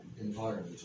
environment